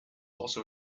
also